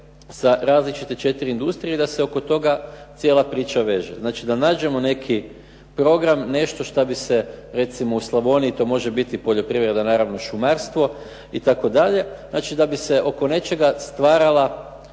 sa različite četiri industrije, da se oko toga cijela priča veže. Znači da nađemo neki program, nešto šta bi se recimo u Slavoniji, to može biti poljoprivreda, naravno šumarstvo, itd. Znači da bi se oko nečega stvarala